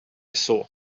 saw